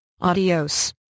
Adios